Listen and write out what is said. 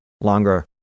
longer